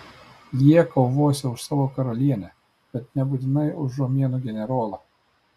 jie kovosią už savo karalienę bet nebūtinai už romėnų generolą